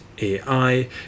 AI